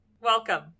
Welcome